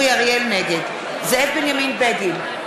נגד זאב בנימין בגין,